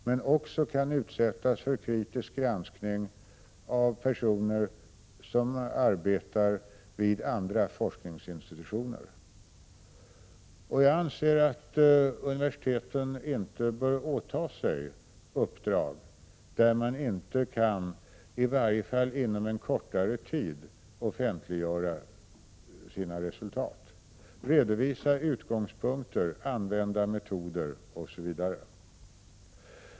Men de kan också utsättas för kritisk granskning av personer som arbetar vid andra forskningsinstitutioner. Jag anser att universiteten inte bör åta sig uppdrag som innebär att de inte kan, i varje fall inte inom en kortare 49 Prot. 1986/87:131 = tid, offentliggöra sina resultat, redovisa utgångspunkter och använda meto 26 maj 1987 der osv.